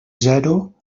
zero